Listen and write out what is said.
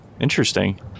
Interesting